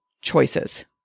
choices